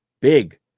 Big